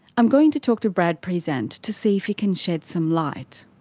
i'm going to talk to brad prezant to see if he can shed some light.